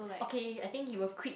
okay I think he will quit